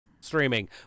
streaming